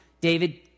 David